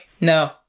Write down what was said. No